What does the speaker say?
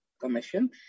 Commission